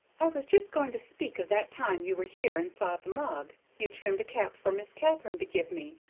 i was just going to speak of that time you were here and saw the mug you trimmed a cap for miss katharine to give me,